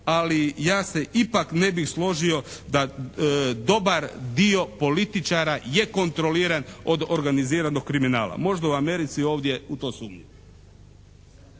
ali ja se ipak ne bih složio da dobar dio političara je kontroliran od organiziranog kriminala. Možda u Americi, ovdje u to sumnjam.